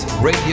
Radio